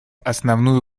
основную